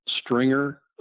stringer